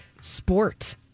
sport